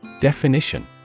Definition